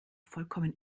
vollkommen